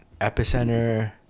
epicenter